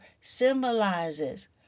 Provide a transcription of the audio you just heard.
symbolizes